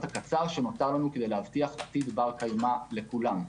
הקצר שנותר לנו כדי להבטיח עתיד בר קיימא לכולם.